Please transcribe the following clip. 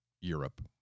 Europe